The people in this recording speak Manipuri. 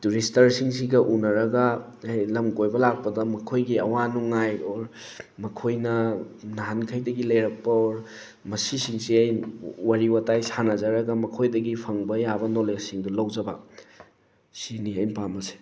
ꯇꯨꯔꯤꯁꯇꯔꯁꯤꯡꯁꯤꯒ ꯎꯅꯔꯒ ꯂꯝ ꯀꯣꯏꯕ ꯂꯥꯛꯄꯗ ꯃꯈꯣꯏꯒꯤ ꯑꯋꯥ ꯅꯨꯡꯉꯥꯏ ꯑꯣꯔ ꯃꯈꯣꯏꯅ ꯅꯍꯥꯟꯈꯩꯗꯒꯤ ꯂꯩꯔꯛꯄ ꯃꯁꯤꯁꯤꯡꯁꯦ ꯋꯥꯔꯤ ꯋꯥꯇꯥꯏ ꯁꯥꯅꯖꯔꯒ ꯃꯈꯣꯏꯗꯒꯤ ꯐꯪꯕ ꯋꯥꯕ ꯅꯣꯂꯦꯖꯁꯤꯡꯗꯣ ꯂꯧꯖꯕ ꯁꯤꯅꯤ ꯑꯩꯅ ꯄꯥꯝꯕꯁꯦ